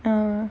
err